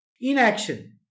Inaction